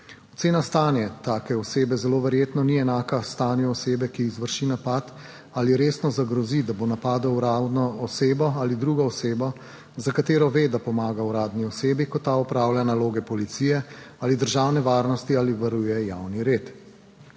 Ocena stanja take osebe zelo verjetno ni enaka stanju osebe, ki izvrši napad ali resno zagrozi, da bo napadel uradno osebo ali drugo osebo, za katero ve, da pomaga uradni osebi, ko ta opravlja naloge policije ali državne varnosti ali varuje javni red.